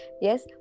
Yes